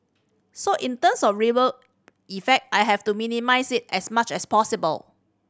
so in terms of ripple effect I have to minimise it as much as possible